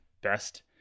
best